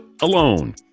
alone